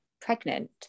pregnant